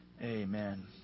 amen